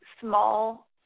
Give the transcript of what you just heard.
small